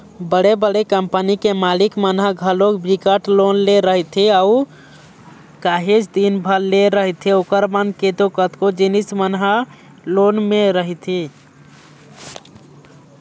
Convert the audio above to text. बड़े बड़े कंपनी के मालिक मन ह घलोक बिकट लोन ले रहिथे अऊ काहेच दिन बर लेय रहिथे ओखर मन के तो कतको जिनिस मन ह लोने म रहिथे